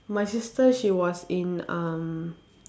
my sister she was in um